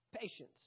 Patience